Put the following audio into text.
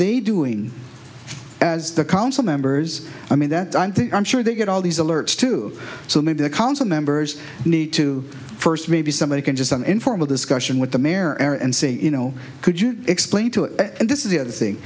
they doing as the council members i mean that i'm sure they get all these alerts too so maybe the council members need to first maybe somebody can just an informal discussion with the mayor and see you know could you explain to it and this is the th